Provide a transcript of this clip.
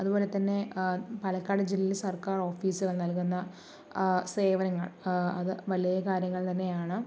അതുപോലെത്തന്നെ പാലക്കാട് ജില്ലയിലെ സർക്കാർ ഓഫീസുകൾ നൽകുന്ന സേവനങ്ങൾ അത് വലിയ കാര്യങ്ങൾ തന്നെയാണ്